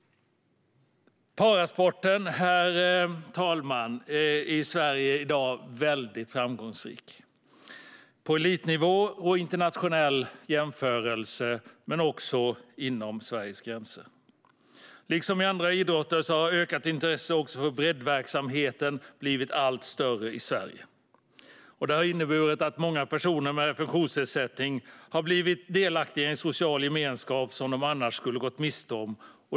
Parasporten i Sverige, herr talman, är i dag väldigt framgångsrik - på elitnivå och i internationell jämförelse men också inom Sveriges gränser. Liksom i andra idrotter har intresset också för breddverksamheten blivit allt större i Sverige. Det har inneburit att många personer med funktionsnedsättning har blivit delaktiga i en social gemenskap som de annars skulle ha gått miste om.